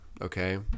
okay